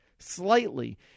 Slightly